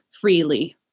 freely